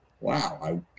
wow